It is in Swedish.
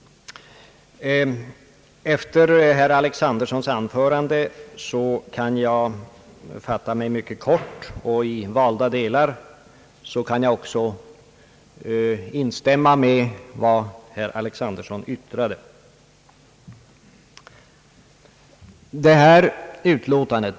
Efter herr Alexandersons anförande kan jag fatta mig mycket kort, och i valda delar kan jag också instämma med vad herr Alexanderson yttrade.